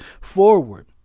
forward